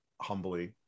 humbly